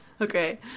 Okay